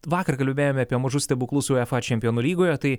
vakar kalbėjome apie mažus stebuklus uefa čempionų lygoje tai